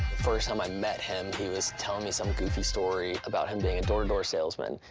first time i met him, he was telling me some goofy story about him being a door-to-door salesman,